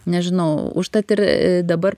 nežinau užtat ir dabar